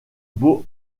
beaux